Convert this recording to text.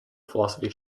philosophy